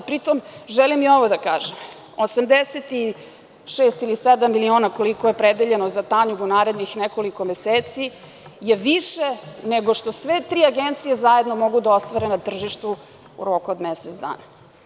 Pri tom, želim i ovo da kažem, 86 ili 87 miliona, koliko je opredeljeno za „Tanjug“ u narednih nekoliko meseci, je više nego što sve tri agencije zajedno mogu da ostvare na tržištu u roku od mesec dana.